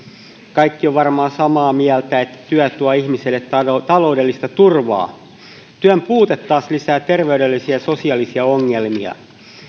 kaikki ovat varmaan samaa mieltä että työ tuo ihmiselle taloudellista turvaa työn puute taas lisää terveydellisiä ja sosiaalisia ongelmia